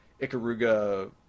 Ikaruga